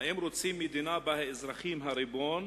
האם רוצים מדינה שבה האזרחים הם הריבון,